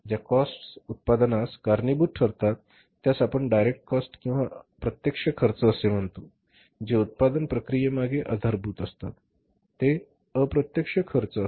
ज्या कॉस्टस उत्पादनास कारणीभूत ठरतात त्यास आपण डायरेक्ट कॉस्ट किंवा प्रत्यक्ष खर्च असे म्हणतो जे उत्पादन प्रक्रियेमागे आधारभूत असतात ते अप्रत्यक्ष खर्च असतात